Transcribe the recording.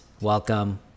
welcome